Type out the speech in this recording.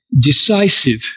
decisive